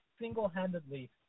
single-handedly